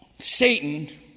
Satan